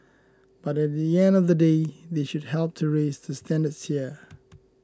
but at the end of the day they should help to raise the standards here